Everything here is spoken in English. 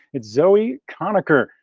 it's zoie konneker,